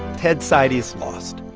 ted seides lost.